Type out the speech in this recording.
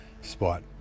spot